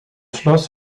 schloss